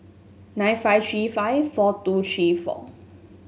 nine five three five four two three four